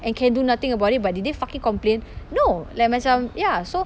and can do nothing about it but did they fucking complain no like macam ya so